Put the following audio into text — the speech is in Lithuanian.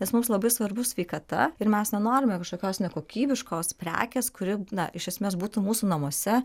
nes mums labai svarbu sveikata ir mes nenorime kažkokios nekokybiškos prekės kuri na iš esmės būtų mūsų namuose